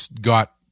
got